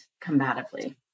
combatively